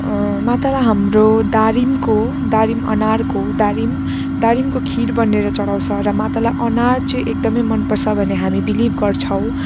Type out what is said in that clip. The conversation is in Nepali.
मातालाई हाम्रो दारिमको दारिम अनारको दारिम दारिमको खिर बनाएर चढाउँछ र मातालाई अनार चाहिँ एकदमै मनपर्छ भन्ने हामी विलिभ गर्छौँ